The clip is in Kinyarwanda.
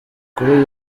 kuri